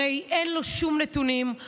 הרי אין לו שום נתונים,